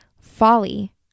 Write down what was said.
folly